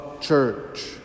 Church